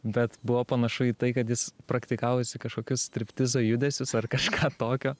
bet buvo panašu į tai kad jis praktikavosi kažkokius striptizo judesius ar kažką tokio